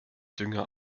dünger